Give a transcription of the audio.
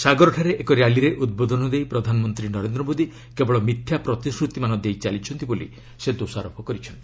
ସାଗରଠାରେ ଏକ ର୍ୟାଲିରେ ଉଦ୍ବୋଧନ ଦେଇ ପ୍ରଧାନମନ୍ତ୍ରୀ ନରେନ୍ଦ୍ର ମୋଦି କେବଳ ମିଥ୍ୟା ପ୍ରତିଶ୍ରତିମାନ ଦେଇ ଚାଲିଛନ୍ତି ବୋଲି ସେ ଦୋଶୋରୋପ କରିଛନ୍ତି